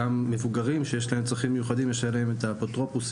גם מבוגרים שיש להם צרכים מיוחדים יש עליהם את האפוטרופוסים.